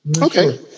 Okay